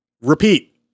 repeat